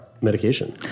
medication